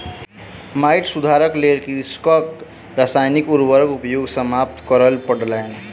माइट सुधारक लेल कृषकक रासायनिक उर्वरक उपयोग समाप्त करअ पड़लैन